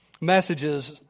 messages